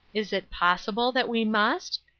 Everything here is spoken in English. is it possible that we must?